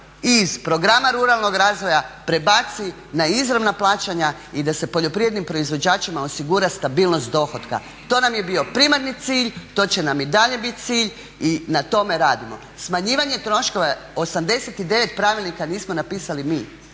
iz programa ruralnog razvoja prebaci na izravna plaćanja i da se poljoprivrednim proizvođačima osigura stabilnost dohotka. To nam je bio primarni cilj, to će nam i dalje biti cilj i na tome radimo. Smanjivanje troškova 89 pravilnika nismo napisali mi,